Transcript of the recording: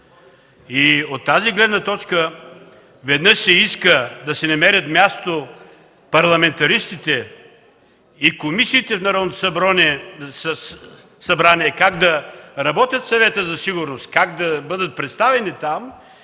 От тази гледна точка веднъж се иска да си намерят място парламентаристите и комисиите в Народното събрание как да работят със Съвета за сигурност, как да бъдат представени там.